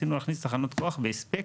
רצינו להכניס תחנות כוח בהספק,